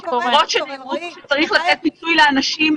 אירחנו בחצי שנה האחרונה המון תחרויות.